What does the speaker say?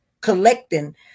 collecting